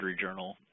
journal